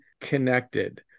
connected